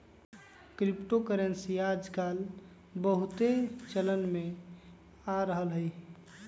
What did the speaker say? crypto currency याजकाल बहुते चलन में आ रहल हइ